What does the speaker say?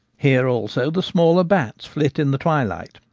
here also the smaller bats flit in the twilight,